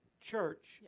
church